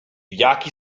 jaki